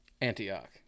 Antioch